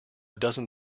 dozen